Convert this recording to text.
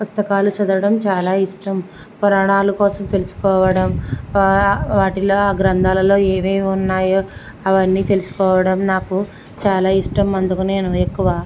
పుస్తకాలు చదవడం చాలా ఇష్టం పురాణాలు కోసం తెలుసుకోవడం వా వాటిలో ఆ గ్రంథాలల్లో ఏమేమి ఉన్నాయో అవన్నీ తెలుసుకోవడం నాకు చాలా ఇష్టం అందుకని నేను ఎక్కువ